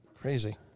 crazy